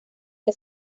que